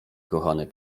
kochany